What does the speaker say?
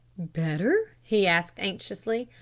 better? he asked anxiously.